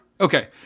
okay